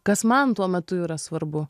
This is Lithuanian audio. kas man tuo metu yra svarbu